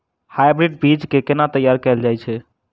Hybrid बीज केँ केना तैयार कैल जाय छै?